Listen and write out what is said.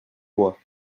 bois